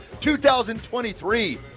2023